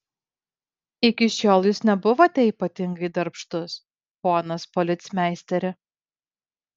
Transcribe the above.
iki šiol jūs nebuvote ypatingai darbštus ponas policmeisteri